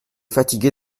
fatigué